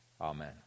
Amen